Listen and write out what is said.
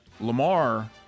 Lamar